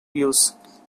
use